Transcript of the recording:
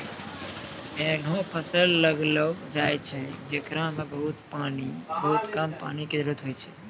ऐहनो फसल लगैलो जाय छै, जेकरा मॅ बहुत कम पानी के जरूरत होय छै